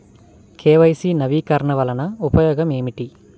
KYC నవీకరణ వలన ఉపయోగం ఏమిటీ?